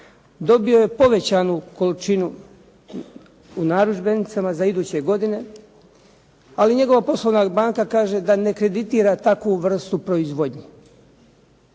Dobio je povećanu količinu u narudžbenicama za iduće godine ali njegova poslovna banka kaže da ne kreditira takvu vrstu proizvodnje.